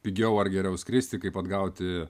pigiau ar geriau skristi kaip atgauti